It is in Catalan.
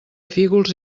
fígols